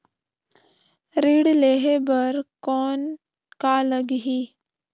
ऋण लेहे बर कौन का लगही?